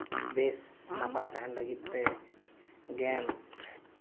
ᱵᱮᱥ ᱱᱟᱯᱟᱭ ᱛᱟᱦᱮᱱ ᱞᱟᱹᱜᱤᱫᱛᱮ ᱜᱮᱢ